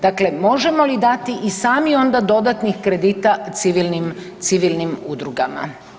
Dakle, možemo li dati i sami onda dodatnih kredita civilnim udrugama?